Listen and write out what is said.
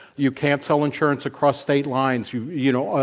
you can't sell insurance across state lines. you you know,